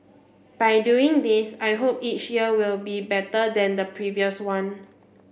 by doing this I hope each year will be better than the previous one